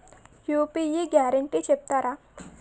UPI guarantee చెప్తారా?